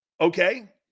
okay